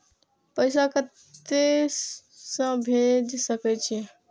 पैसा कते से भेज सके छिए?